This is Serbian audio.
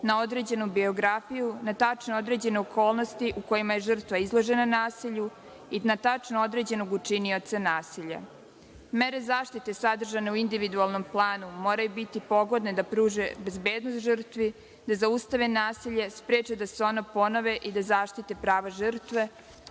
na određenu biografiju, na tačno određene okolnosti kojima je žrtva izložena nasilju i na tačno određenog učinioca nasilja. Mere zaštite sadržane u individualnom planu moraju biti pogodne da pruže bezbednost žrtvi, da zaustave nasilje, da spreče da se ona ponove i da zaštite prava žrtve,